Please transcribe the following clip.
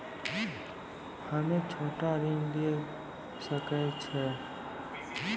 हम्मे छोटा ऋण लिये सकय छियै?